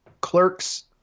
Clerks